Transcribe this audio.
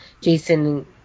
Jason